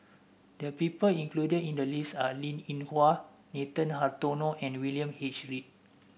the people included in the list are Linn In Hua Nathan Hartono and William H Read